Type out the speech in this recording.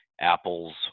Apples